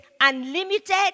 unlimited